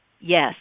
Yes